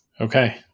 Okay